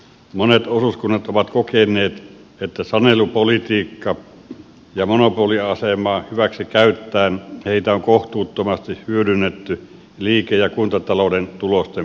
monet osuuskunnat ovat kokeneet että sanelupolitiikkaa ja monopoliasemaa hyväksikäyttäen heitä on kohtuuttomasti hyödynnetty liike ja kuntatalouden tulosten parantamiseksi